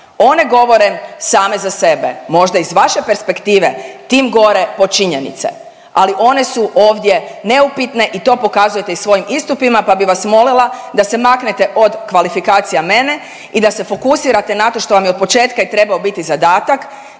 One govore same za sebe. Možda iz vaše perspektive, tim gore po činjenice. Ali one su ovdje neupitne i to pokazujete i svojim istupima pa bih vas molila da se maknete od kvalifikacija mene i da se fokusirate na to što vam je od početka i trebao biti zadatak,